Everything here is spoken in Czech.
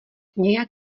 nějak